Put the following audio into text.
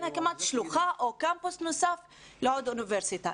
הקמת שולחה או קמפוס נוסף לעוד אוניברסיטה.